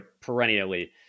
perennially